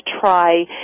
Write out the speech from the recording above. try